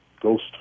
ghost